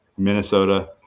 Minnesota